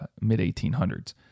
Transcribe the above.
mid-1800s